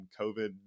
COVID